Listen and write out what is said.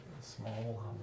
small